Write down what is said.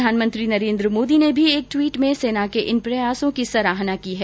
प्रधानमंत्री नरेन्द्र मोदी ने भी एक ट्वीट में सेना के इन प्रयासों की सराहना की है